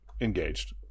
engaged